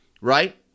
right